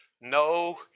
no